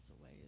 away